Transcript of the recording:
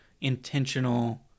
intentional